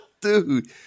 dude